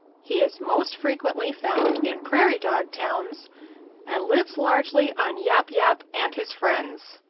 he is most frequently found in prairie dog towns and lives largely on yap yap and his friends.